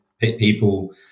people